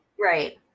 Right